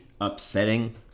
upsetting